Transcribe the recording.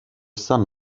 son